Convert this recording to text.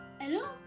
Hello